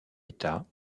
état